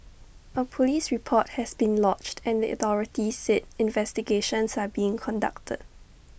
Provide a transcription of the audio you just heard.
A Police report has been lodged and the authorities said investigations are being conducted